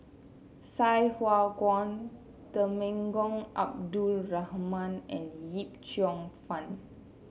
Sai Hua Kuan Temenggong Abdul Rahman and Yip Cheong Fun